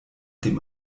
dem